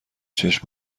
چشم